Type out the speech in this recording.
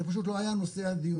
זה פשוט לא היה נושא הדיון.